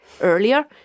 earlier